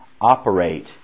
operate